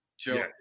Joe